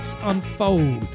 unfold